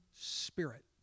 spirit